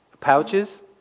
pouches